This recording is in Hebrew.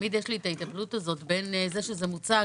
תמיד יש לי את ההתלבטות הזאת בין זה שזה מוצג